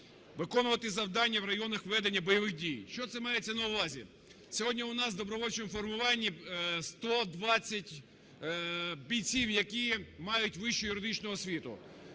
виконувати завдання в районах ведення бойових дій. Що це мається на увазі? Сьогодні у нас в добровольчому формуванні 120 бійців, які мають вищу юридичну освіту.